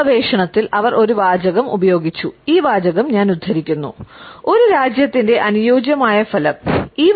ഈ ഗവേഷണത്തിൽ അവർ ഒരു വാചകം ഉപയോഗിച്ചു ഈ വാചകം ഞാൻ ഉദ്ധരിക്കുന്നു 'ഒരു രാജ്യത്തിന്റെ അനുയോജ്യമായ ഫലം'